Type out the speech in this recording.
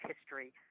history